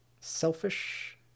selfish